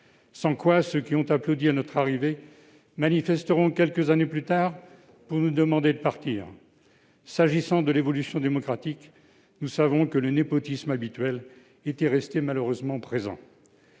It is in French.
ceux qui nous ont applaudis à notre arrivée manifesteront quelques années plus tard pour nous demander de partir. S'agissant de l'évolution démocratique, nous savons que le népotisme habituel était resté, malheureusement, présent.